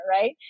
right